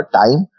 time